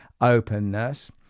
openness